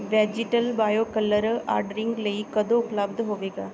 vegetal bio colour ordering ਲਈ ਕਦੋਂ ਉਪਲੱਬਧ ਹੋਵੇਗਾ